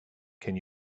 can